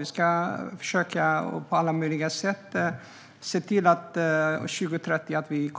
Vi ska på alla möjliga sätt försöka se till att vi